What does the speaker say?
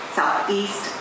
southeast